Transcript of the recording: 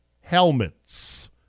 Helmets